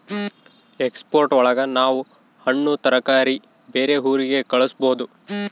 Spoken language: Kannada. ಎಕ್ಸ್ಪೋರ್ಟ್ ಒಳಗ ನಾವ್ ಹಣ್ಣು ತರಕಾರಿ ಬೇರೆ ಊರಿಗೆ ಕಳಸ್ಬೋದು